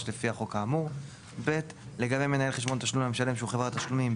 לפי החוק האמור; לגבי מנהל חשבון תשלום למשלם שהוא חברת תשלומים,